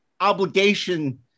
obligation